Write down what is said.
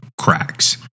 cracks